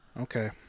Okay